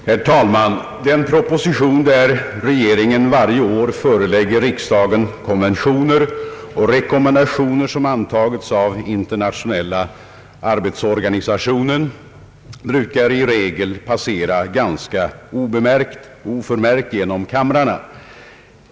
Herr talman! Den proposition, där regeringen varje år förelägger riksdagen konventioner och rekommendationer som antagits av Internationella arbetsorganisationen, brukar passera ganska oförmärkt genom kamrarna.